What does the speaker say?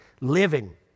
Living